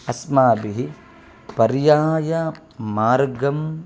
अस्माभिः पर्यायमार्गं